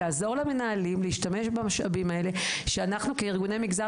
לעזור למנהלים להשתמש במשאבים האלה שאנחנו כארגוני המגזר